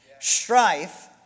Strife